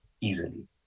easily